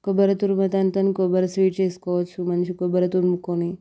కొబ్బరి తురుమే దానితోని కొబ్బరి స్వీట్ చేసుకోవచ్చు మంచిగా కొబ్బరి తురుముకొని